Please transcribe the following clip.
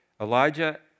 Elijah